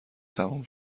تموم